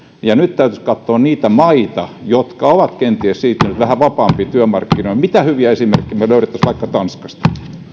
nyt täytyisi katsoa niitä maita jotka ovat kenties siirtyneet vähän vapaammille työmarkkinoille että mitä hyviä esimerkkejä me löytäisimme vaikka tanskasta